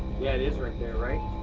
yeah, it is right there, right?